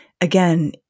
again